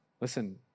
Listen